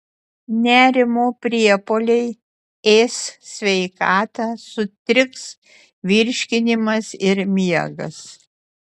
nerimo priepuoliai ės sveikatą sutriks virškinimas ir miegas